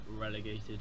Relegated